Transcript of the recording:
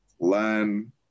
learn